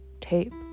tape